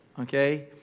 Okay